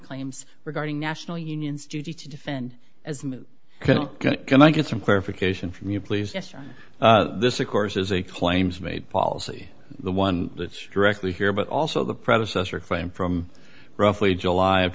claims regarding national union's duty to defend as can i get some clarification from you please this of course is a claims made policy the one that's directly here but also the predecessor claim from roughly july of